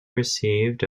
received